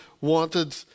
wanted